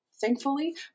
Thankfully